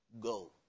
Go